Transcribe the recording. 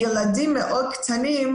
בילדים מאוד קטנים,